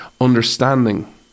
understanding